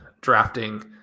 drafting